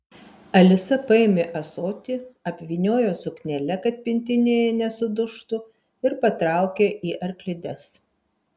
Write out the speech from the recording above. alisa paėmė ąsotį apvyniojo suknele kad pintinėje nesudužtų ir patraukė į arklides